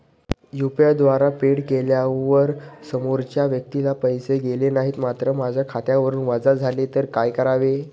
UPI द्वारे फेड केल्यावर समोरच्या व्यक्तीला पैसे गेले नाहीत मात्र माझ्या खात्यावरून वजा झाले तर काय करावे?